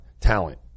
talent